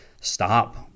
stop